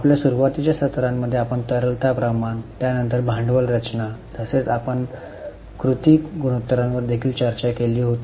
आपल्या सुरुवातीच्या सत्रामध्ये आपण तरलता प्रमाण त्यानंतर भांडवल रचना तसेच आपण कृती गुणोत्तरांवर देखील चर्चा केली होती